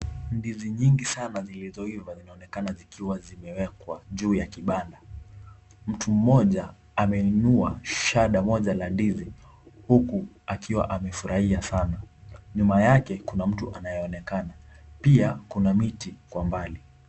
Ndizi nyingi sana zilizoiva zinaonekana zikiwa zimewekwa juu ya kibanda. Mtu mmoja ameinua shada la ndizi huku akiwa amefurahia sana. Nyuma yake kuna mtu anayeonekana. Pia kuna miti kwa mbali.